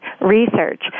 research